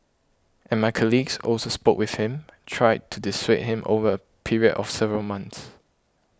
and my colleagues also spoke with him tried to dissuade him over a period of several months